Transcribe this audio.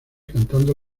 cantando